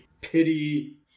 pity